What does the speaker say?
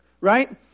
Right